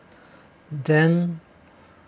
then